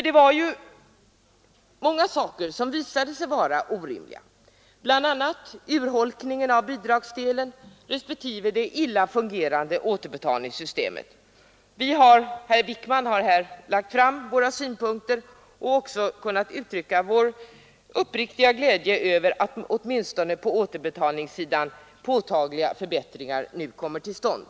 Det var ju många saker som visade sig vara orimliga, bl.a. urholkningen av bidragsdelen respektive det illa fungerande återbetalningssystemet. Herr Wijkman har här lagt fram våra synpunkter och även kunnat uttrycka vår uppriktiga glädje över att åtminstone på återbetalningssidan påtagliga förbättringar nu kommer till stånd.